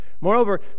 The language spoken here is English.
Moreover